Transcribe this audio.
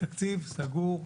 תקציב סגור,